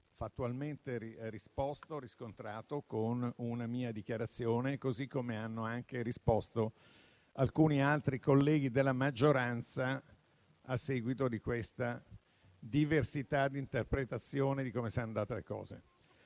fattualmente risposto con una mia dichiarazione, così come hanno anche risposto alcuni altri colleghi della maggioranza a seguito di questa diversità di interpretazione di come siano andate le cose.